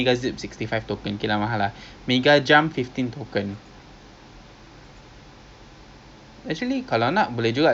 I am sure a bit out of the way ah um unless we can nak kalau nak kita boleh beli dekat ang mo kio hub eh